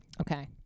Okay